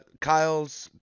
Kyle's